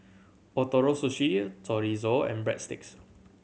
Ootoro Sushi Chorizo and Breadsticks